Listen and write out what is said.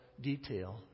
detail